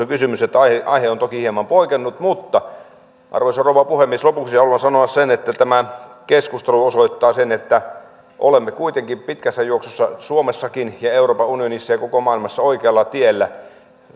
kysymys eli aihe on toki hieman poikennut mutta arvoisa rouva puhemies lopuksi haluan sanoa sen että tämä keskustelu osoittaa että olemme kuitenkin pitkässä juoksussa suomessakin ja euroopan unionissa ja koko maailmassa oikealla tiellä